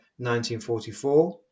1944